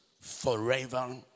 Forever